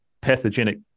pathogenic